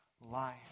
life